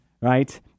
right